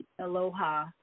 aloha